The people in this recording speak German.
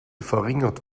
verringert